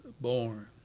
born